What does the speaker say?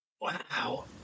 Wow